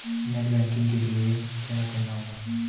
Net banking के लिए क्या करना होगा?